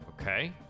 Okay